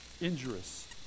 Injurious